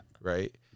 right